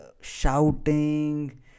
shouting